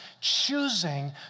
choosing